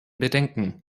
bedenken